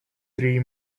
three